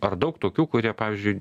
ar daug tokių kurie pavyzdžiui